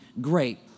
great